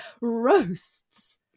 roasts